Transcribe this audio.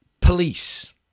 Police